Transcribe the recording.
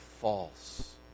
false